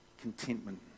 Contentment